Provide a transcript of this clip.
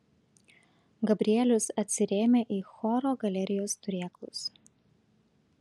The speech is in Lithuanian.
gabrielius atsirėmė į choro galerijos turėklus